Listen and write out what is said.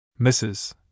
Mrs